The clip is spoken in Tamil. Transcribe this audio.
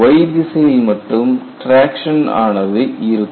Y திசையில் மட்டும் டிராக்சன் ஆனது இருக்கும்